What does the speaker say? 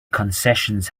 concessions